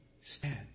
stand